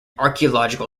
archaeological